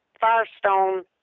Firestone